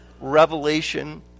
revelation